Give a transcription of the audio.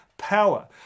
Power